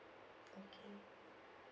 okay